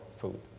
food